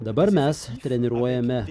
dabar mes treniruojame